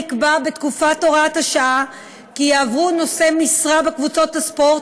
נקבע בתקופת הוראת השעה כי נושאי משרה בקבוצות הספורט